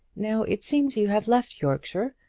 now it seems you have left yorkshire,